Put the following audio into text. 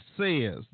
says